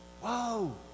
Whoa